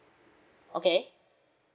okay